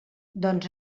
doncs